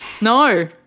No